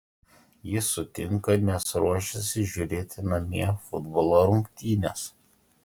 jis sutinka nes ruošiasi žiūrėti namie futbolo rungtynes